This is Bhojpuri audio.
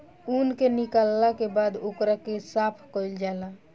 ऊन के निकालला के बाद ओकरा के साफ कईल जाला